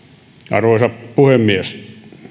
arvoisa puhemies